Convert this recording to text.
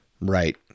right